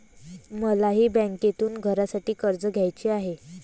मलाही बँकेतून घरासाठी कर्ज घ्यायचे आहे